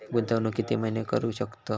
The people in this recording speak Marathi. गुंतवणूक किती महिने करू शकतव?